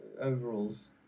overalls